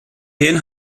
hen